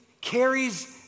carries